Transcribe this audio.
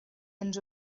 ens